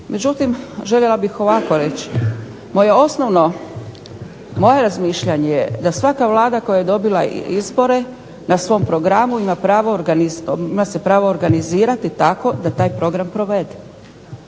međutim, željela bih ovako reći. Moje razmišljanje je da svaka Vlada koja je dobila izbore na svom programu ima se pravo organizirati tako da taj program provede.